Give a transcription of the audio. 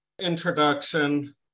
Introduction